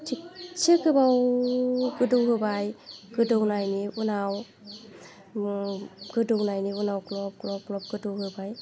थिगसे गोबाव गोदौ होबाय गोदौनायनि उनाव गोदौनायनि उनाव ग्ल'ब ग्ल'ब ग्ल'ब गोदौ होबाय